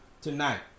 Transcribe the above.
tonight